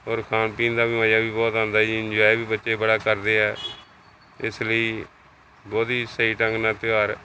ਔਰ ਖਾਣ ਪੀਣ ਦਾ ਵੀ ਮਜ਼ਾ ਵੀ ਬਹੁਤ ਆਉਂਦਾ ਹੈ ਜੀ ਇੰਜੋਏ ਵੀ ਬੱਚੇ ਬੜਾ ਕਰਦੇ ਹੈ ਇਸ ਲਈ ਬਹੁਤ ਹੀ ਸਹੀ ਢੰਗ ਨਾਲ ਤਿਉਹਾਰ